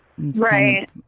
Right